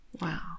Wow